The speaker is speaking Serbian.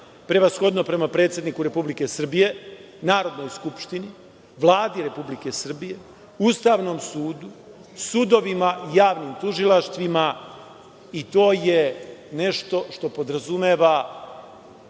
Prevashodno prema predsedniku Republike Srbije, Narodnoj skupštini, Vladi Republike Srbije, Ustavnom sudu, sudovima i javim tužilaštvima. To je nešto što podrazumeva